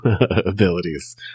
abilities